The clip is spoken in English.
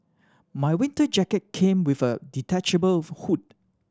my winter jacket came with a detachable hood